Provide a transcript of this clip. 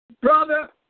Brother